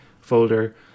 folder